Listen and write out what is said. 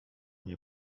nie